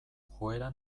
joera